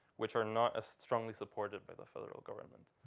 which are not as strongly supported by the federal government.